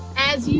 as